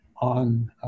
on